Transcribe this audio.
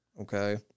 okay